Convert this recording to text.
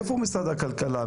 איפה משרד הכלכלה?